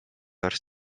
arsti